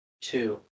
two